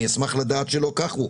אני אשמח לדעת שלא כך הוא.